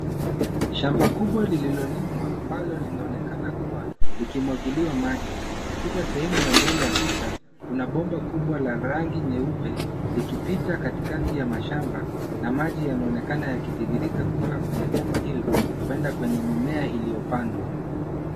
Shamba kubwa lililolimwa ambalo linaonekana kuwa likimwagiliwa maji. Katika sehemu ya mbele ya picha, kuna bomba kubwa la rangi nyeupe likipita katikati ya mashamba na maji yanaonekana yakitiririka kutoka kwenye bomba hilo, huenda kwenye mimea iliyopandwa.